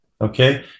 Okay